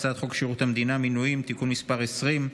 הצעת חוק שירות המדינה (מינויים) (תיקון מס' 20),